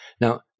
Now